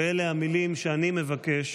ואלה המילים שגם אני מבקש